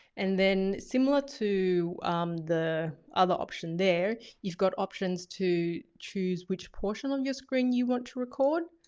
and then similar to the other option there, you've got options to choose which portion of your screen you want to record.